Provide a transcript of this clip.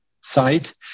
site